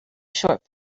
short